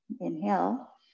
Inhale